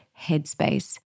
headspace